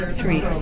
three